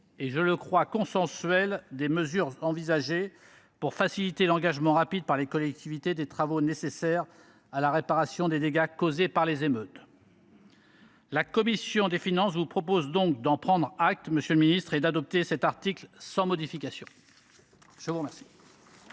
et, je le crois, consensuel des mesures envisagées pour faciliter l’engagement rapide par les collectivités des travaux nécessaires à la réparation des dégâts causés par les émeutes. Mes chers collègues, la commission des finances vous propose donc d’en prendre acte et d’adopter cet article sans modification. La parole